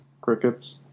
Crickets